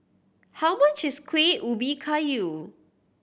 how much is Kueh Ubi Kayu